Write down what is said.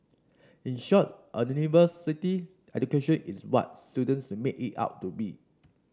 in short a university education is what students make it out to be